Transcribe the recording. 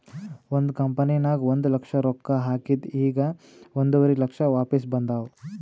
ಒಂದ್ ಕಂಪನಿನಾಗ್ ಒಂದ್ ಲಕ್ಷ ರೊಕ್ಕಾ ಹಾಕಿದ್ ಈಗ್ ಒಂದುವರಿ ಲಕ್ಷ ವಾಪಿಸ್ ಬಂದಾವ್